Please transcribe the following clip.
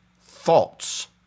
Thoughts